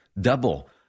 Double